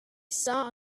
saw